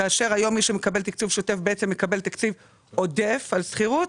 כאשר היום מי שמקבל תקצוב שוטף בעצם מקבל תקציב עודף על שכירות,